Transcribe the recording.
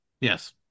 Yes